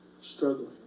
struggling